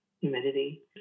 humidity